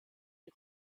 die